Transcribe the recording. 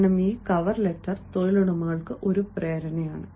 കാരണം ഈ cover letter തൊഴിലുടമകൾക്ക് ഒരു പ്രേരണയാണ്